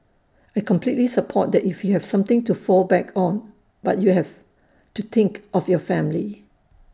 I completely support that if you have something to fall back on but you have to think of your family